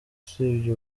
usibye